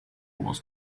was